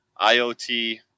IoT